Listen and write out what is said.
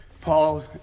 Paul